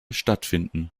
stattfinden